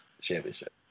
championship